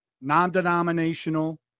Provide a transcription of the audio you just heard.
non-denominational